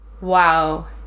Wow